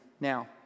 Now